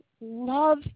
love